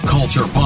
Culture